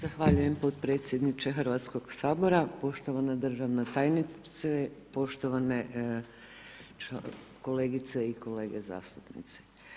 Zahvaljujem podpredsjedniče Hrvatskog sabora, poštovana državna tajnice, poštovane kolegice i kolege zastupnici.